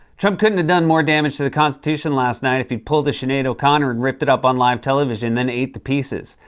trump couldn't have done more damage to the constitution last night if he'd pulled a sinead o'connor and ripped it up on live television and then ate the pieces.